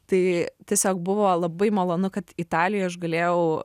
tai tiesiog buvo labai malonu kad italijoj aš galėjau